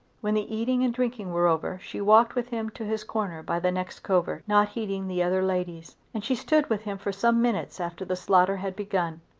when the eating and drinking were over she walked with him to his corner by the next covert, not heeding the other ladies and she stood with him for some minutes after the slaughter had begun.